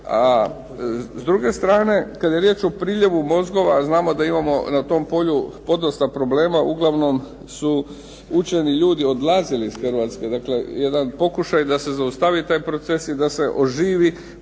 A s druge strane kada je riječ o priljevu mozgova, a znamo da imamo na tom polju podosta problema, uglavnom su učeni ljudi odlazili iz Hrvatske. Dakle, jedan pokušaj da se zaustavi taj proces i da se oživi